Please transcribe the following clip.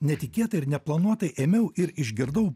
netikėtai ir neplanuotai ėmiau ir išgirdau